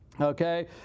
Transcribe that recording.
Okay